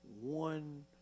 one